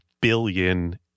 billion